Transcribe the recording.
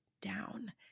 down